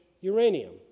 uranium